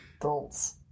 adults